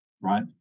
right